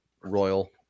Royal